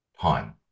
time